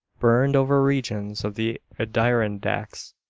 burned over regions of the adirondacks.